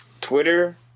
Twitter